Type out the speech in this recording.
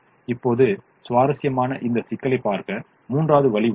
இப்போது சுவாரஸ்யமாக இந்த சிக்கலைப் பார்க்க மூன்றாவது வழி உள்ளது